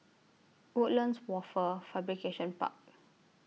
Woodlands Wafer Fabrication Park